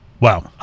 Wow